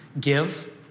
Give